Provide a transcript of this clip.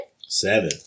Seven